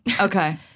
Okay